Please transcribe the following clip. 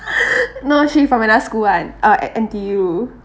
no she from another school [one] uh N_T_U